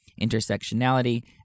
intersectionality